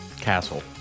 castle